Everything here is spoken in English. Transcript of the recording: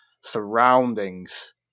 surroundings